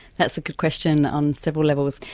that's a good question on several levels.